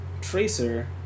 Tracer